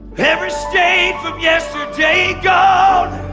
every stain from yesterday gone.